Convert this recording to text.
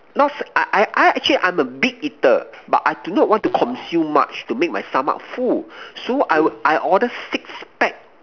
not say I I I actually I'm a big eater but I do not want to consume much to make my stomach full so I would I order six pack